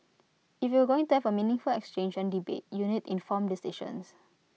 if you're going to have A meaningful exchange and debate you need informed decisions